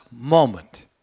moment